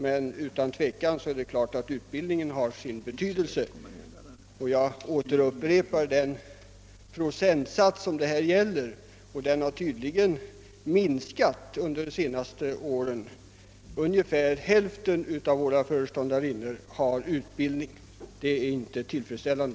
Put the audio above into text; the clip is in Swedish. Jag upprepar att ungefär 50 procent av föreståndarinnorna — och procentsatsen har tydligen minskat under de senaste åren — har utbildning. Detta är inte tillfredsställande.